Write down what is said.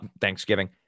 Thanksgiving